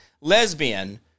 lesbian